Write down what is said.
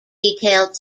detailed